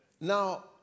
Now